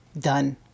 done